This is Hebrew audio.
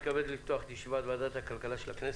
אני מתכבד לפתוח את ישיבת ועדת הכלכלה של הכנסת,